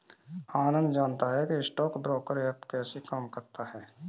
आनंद जानता है कि स्टॉक ब्रोकर ऐप कैसे काम करता है?